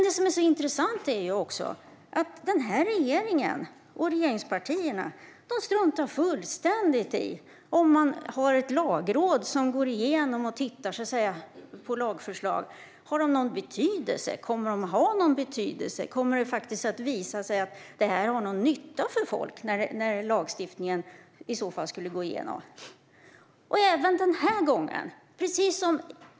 Det som är så intressant är dock att regeringen och regeringspartierna struntar fullständigt i att det finns ett lagråd som går igenom och tittar på lagförslag. Har förslagen någon betydelse? Kommer de att ha någon betydelse? Kommer det att visa sig att det faktiskt blir till någon nytta för folk när lagstiftningen i så fall går igenom? Även den här gången är det så.